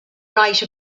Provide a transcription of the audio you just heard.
write